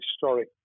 historic